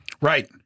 Right